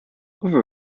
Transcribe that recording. other